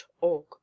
org